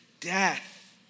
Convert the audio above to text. death